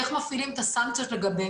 איך מפעילים את הסנקציות לגביהם.